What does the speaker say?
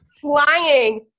flying